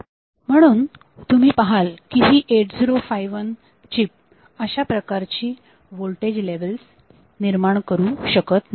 म्हणून तुम्ही पहाल की ही 8051 चीप अशा प्रकारची व्होल्टेज लेव्हल्स निर्माण करू शकत नाही